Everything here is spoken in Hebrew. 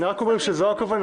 אני רק אומר שזו הכוונה.